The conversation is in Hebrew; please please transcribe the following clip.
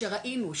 שראינו,